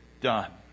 done